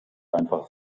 einfach